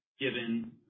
given